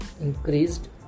increased